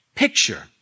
Picture